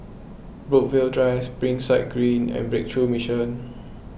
Brookvale Drive Springside Green and Breakthrough Mission